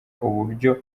uburyo